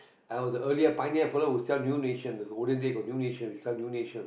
I was the earlier pioneer fella who sell new nation olden days got new nation we sell new nation